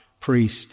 priest